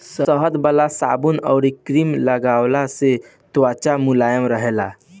शहद वाला साबुन अउरी क्रीम लगवला से त्वचा मुलायम रहेला